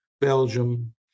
Belgium